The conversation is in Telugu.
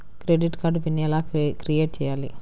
డెబిట్ కార్డు పిన్ ఎలా క్రిఏట్ చెయ్యాలి?